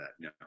no